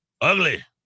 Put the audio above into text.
ugly